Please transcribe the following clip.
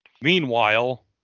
Meanwhile